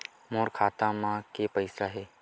मोर खाता म के पईसा हे?